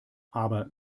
aber